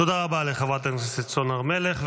תודה רבה לחברת הכנסת סון הר מלך.